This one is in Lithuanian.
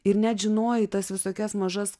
ir net žinojai tas visokias mažas